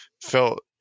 felt